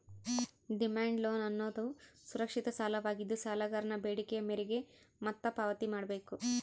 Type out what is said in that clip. demand loan ಅನ್ನೋದುದು ಸುರಕ್ಷಿತ ಸಾಲವಾಗಿದ್ದು, ಸಾಲಗಾರನ ಬೇಡಿಕೆಯ ಮೇರೆಗೆ ಮತ್ತೆ ಪಾವತಿ ಮಾಡ್ಬೇಕು